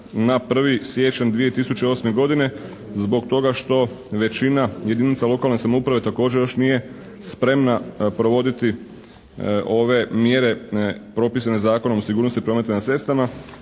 na 1. siječnja 2008. godine zbog toga što većina jedinica lokalne samouprave također još nije spremna provoditi ove mjere propisane Zakonom o sigurnosti prometa na cestama.